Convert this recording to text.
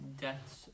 deaths